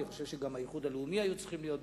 אני חושב שגם האיחוד הלאומי היו צריכים להיות בפנים.